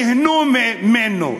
ייהנו ממנו.